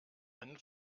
einen